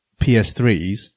PS3s